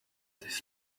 this